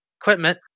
equipment